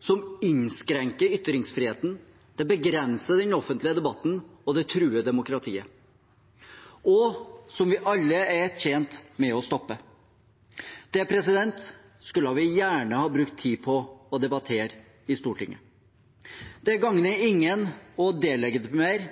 som vi alle er tjent med å stoppe. Det innskrenker ytringsfriheten, det begrenser den offentlige debatten, og det truer demokratiet. Det skulle vi gjerne ha brukt tid på å debattere i Stortinget. Det gagner ingen å delegitimere